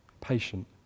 patient